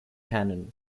cannon